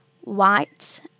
white